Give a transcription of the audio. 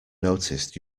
noticed